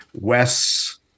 Wes